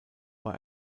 bei